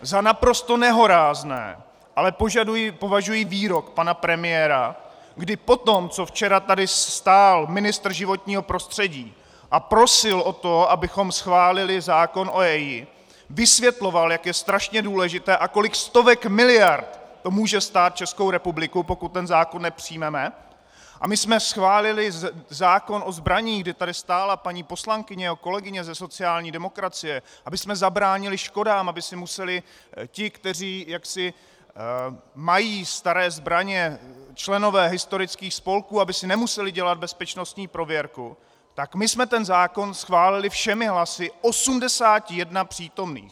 Za naprosto nehorázné ale považuji výrok pana premiéra, kdy po tom, co včera tady stál ministr životního prostředí a prosil o to, abychom schválili zákon o EIA, vysvětloval, jak je strašně důležité a kolik stovek miliard to může stát Českou republiku, pokud ten zákon nepřijmeme, a my jsme schválili zákon o zbraních, kdy tady stála paní poslankyně, kolegyně ze sociální demokracie, abychom zabránili škodám, aby si nemuseli ti, kteří mají staré zbraně, členové historických spolků, aby si nemuseli dělat bezpečnostní prověrku, tak my jsme ten zákon schválili všemi hlasy 81 přítomných.